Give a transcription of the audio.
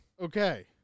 Okay